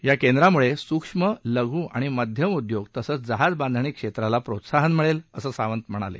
या केंद्रामुळे सूक्ष्म लघु आणि मध्यम उद्योग तसंच जहाजबांधणी क्षेत्राला प्रोत्साहन मिळेल असं सावंत म्हणाले